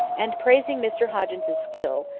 and praising mr hoggins's skill,